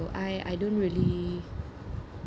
I I don't really